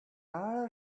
all